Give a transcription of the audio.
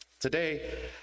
Today